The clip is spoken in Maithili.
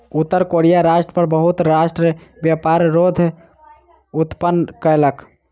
उत्तर कोरिया राष्ट्र पर बहुत राष्ट्र व्यापार रोध उत्पन्न कयलक